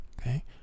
Okay